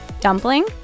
Dumpling